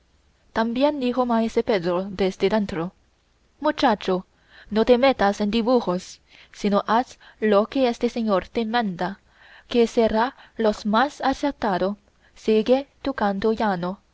también dijo maese pedro desde dentro muchacho no te metas en dibujos sino haz lo que ese señor te manda que será lo más acertado sigue tu canto llano y no